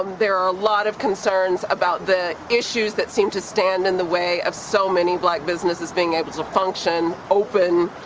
there are a lot of concerns about the issues that seem to stand in the way of so many black businesses being able to function, open,